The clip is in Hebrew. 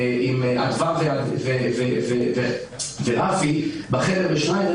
עם אדוה ורפי בחדר בשיינדר,